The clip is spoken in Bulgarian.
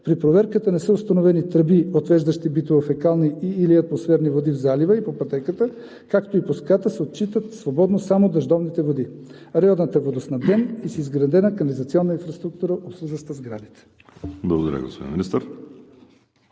При проверката не са установени тръби, отвеждащи битови, фекални и/или атмосферни води в залива и по пътеката, както и по ската, а се оттичат свободно само дъждовните води. Районът е водоснабден и с изградена канализационна инфраструктура, обслужваща сградите.